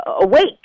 awake